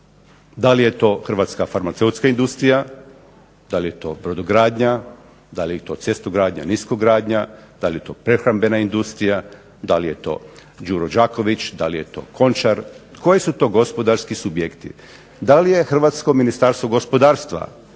Da li je to hrvatska farmaceutska industrija? Da li je to brodogradnja? Da li je to cestogradnja, niskogradnja? Da li je to prehrambena industrija? Da li je to Đuro Đaković? Da li je to Končar? Koji su to gospodarski subjekti? Da li je hrvatsko Ministarstvo gospodarstva